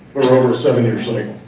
or over seven years later,